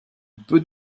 peu